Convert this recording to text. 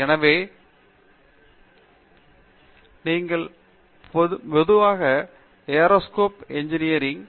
எனவே நீங்கள் பொதுவாக ஏரோஸ்பேஸ் இன்ஜினியரிங்